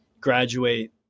graduate